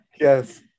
yes